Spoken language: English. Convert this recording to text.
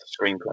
screenplay